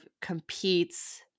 competes